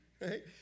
right